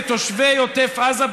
לתושבי עוטף עזה,